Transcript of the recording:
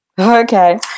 Okay